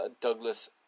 Douglas